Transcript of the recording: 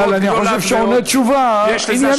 אבל אני חושב שהוא עונה תשובה עניינית.